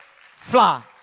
fly